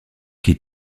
qui